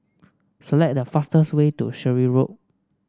select the fastest way to Surrey Road